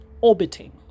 orbiting